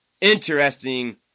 interesting